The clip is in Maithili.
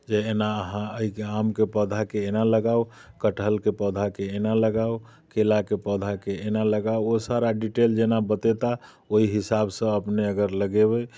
जे एना अहाँ एहिके आमके पौधाके एना लगाउ कटहरके पौधाके एना लगाउ केराके पौधाके एना लगाउ ओ सारा डिटेल जेना बतेता ओहि हिसाबसँ अपने अगर लगेबै